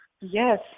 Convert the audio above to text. Yes